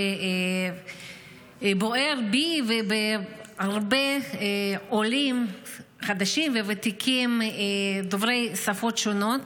שבוער בי ובהרבה עולים חדשים וותיקים דוברי שפות שונות: